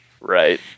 right